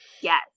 yes